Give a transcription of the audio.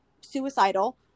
suicidal